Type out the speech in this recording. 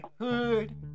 hood